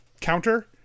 counter